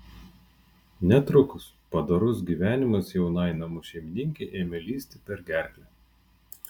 netrukus padorus gyvenimas jaunai namų šeimininkei ėmė lįsti per gerklę